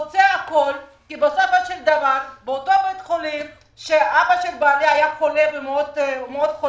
כי בסופו של דבר באותו בית חולים בו אבא של בעלי היה כשהוא מאוד חלה,